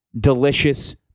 Delicious